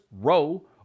row